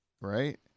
right